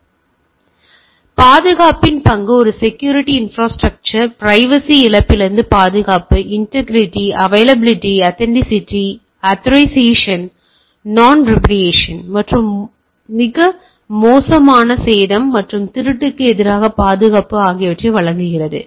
எனவே பாதுகாப்பின் பங்கு ஒரு செக்யூரிட்டி இன்ப்ராஸ்ட்ரக்சர் கான்பிடான்சியாலிட்டி பிரைவசி இழப்பிலிருந்து பாதுகாப்பு integrity availability authenticity authorisation non repudiation மற்றும் மோசமான சேதம் மற்றும் திருட்டுக்கு எதிராக பாதுகாப்பு ஆகியவற்றை வழங்குகிறது